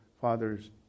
fathers